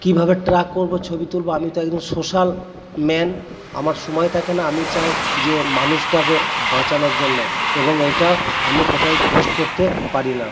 কীভাবে ট্রাক করবো ছবি তুলবো আমি তো একজন সোশ্যাল ম্যান আমার সময় থাকে না আমি চাই যে মানুষটাকে বাঁচানোর জন্য এবং এইটা আমি কোথায় পোস্ট করতে পারি না